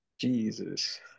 Jesus